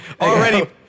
Already